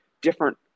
different